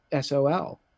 SOL